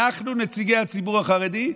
אנחנו, נציגי הציבור החרדי?